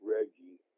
Reggie